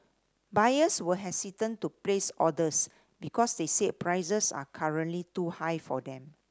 buyers were hesitant to place orders because they said prices are currently too high for them